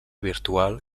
virtual